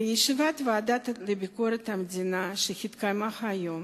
בישיבת הוועדה לביקורת המדינה שהתקיימה היום,